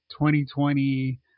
2020